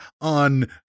on